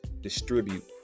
distribute